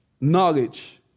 knowledge